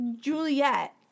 Juliet